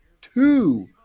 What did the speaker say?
two